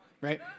Right